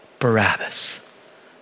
Barabbas